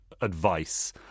advice